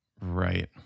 Right